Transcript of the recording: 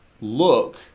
look